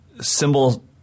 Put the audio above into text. symbol